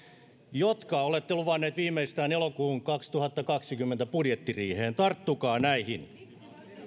jotka olette luvanneet viimeistään elokuun kaksituhattakaksikymmentä budjettiriiheen mennessä tarttukaa näihin